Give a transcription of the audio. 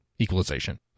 equalization